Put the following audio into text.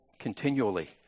continually